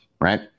right